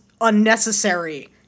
unnecessary